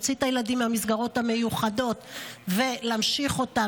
להוציא את הילדים מהמסגרות המיוחדות ולהמשיך אותן,